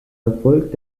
erfolg